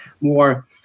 more